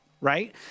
Right